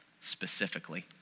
specifically